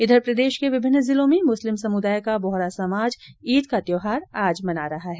इधर प्रदेश के विभिन्न जिलों में मुस्लिम समूदाय का बोहरा समाज ईद का त्यौहार आज मना रहा है